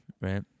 right